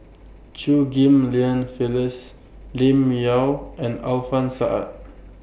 Chew Ghim Lian Phyllis Lim Yau and Alfian Sa'at